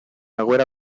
egoera